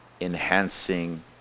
enhancing